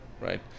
right